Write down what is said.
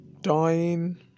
Dying